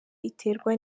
iterwa